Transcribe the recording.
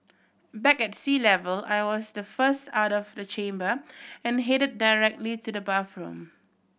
back at sea level I was the first out of the chamber and headed directly to the bathroom